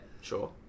sure